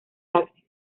taxis